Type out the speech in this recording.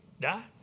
die